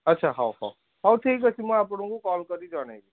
ଆଚ୍ଛା ହଉ ହଉ ହଉ ଠିକ୍ ଅଛି ମୁଁ ଆପଣଙ୍କୁ କଲ କରିକି ଜଣାଇବି